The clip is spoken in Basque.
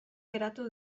geratu